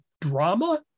drama